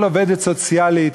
כל עובדת סוציאלית,